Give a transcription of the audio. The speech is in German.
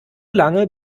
lange